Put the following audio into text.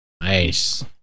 Nice